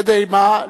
כדי מה?